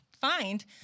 find